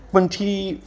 ਪੰਛੀ